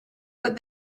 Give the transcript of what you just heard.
but